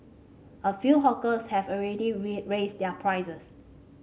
a few hawkers have already raised their prices